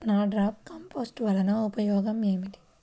NADEP compost వలన ఉపయోగం ఏమిటి?